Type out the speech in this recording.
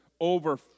over